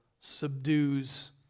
subdues